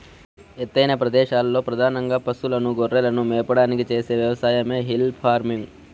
ఎత్తైన ప్రదేశాలలో పధానంగా పసులను, గొర్రెలను మేపడానికి చేసే వ్యవసాయమే హిల్ ఫార్మింగ్